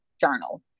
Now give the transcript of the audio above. journal